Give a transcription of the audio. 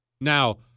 Now